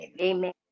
Amen